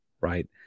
Right